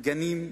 גנים,